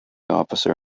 officer